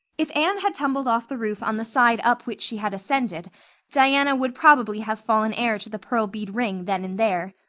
if anne had tumbled off the roof on the side up which she had ascended diana would probably have fallen heir to the pearl bead ring then and there.